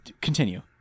continue